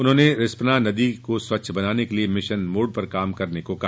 उन्होंने रिस्पना नदी को स्वच्छ बनाने के लिए मिशन मोड़ पर काम करने को कहा